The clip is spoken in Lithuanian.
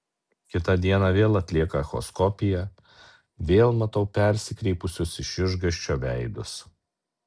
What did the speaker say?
kitą dieną vėl atlieka echoskopiją vėl matau persikreipusius iš išgąsčio veidus